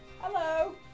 hello